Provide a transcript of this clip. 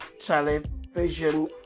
television